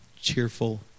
cheerful